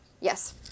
yes